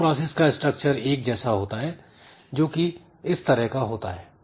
हर process का structure एक जैसा होता है जो कि इस तरह का होता है